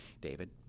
David